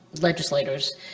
legislators